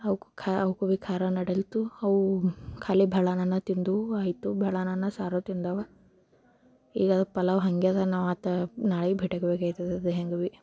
ಅವಕ್ಕೆ ಖಾ ಅವಕ್ಕೆ ಭೀ ಖಾರ ನಡೆಲ್ತು ಅವು ಖಾಲಿ ಭೆಳ್ಳನನ್ನ ತಿಂದವು ಆಯ್ತು ಭೆಳ್ಳನನ್ನ ಸಾರು ತಿಂದಾವೆ ಈಗ ಪಲಾವು ಹಂಗೇ ಇದೆ ನಾವು ಮತ್ತೆ ನಾಳೆಗೆ ಭೀಟಾಕ್ಬೇಕಾಗ್ತದೆ ಅದು ಹೆಂಗ ಭೀ